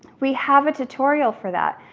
we have a tutorial for that.